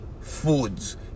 foods